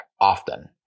often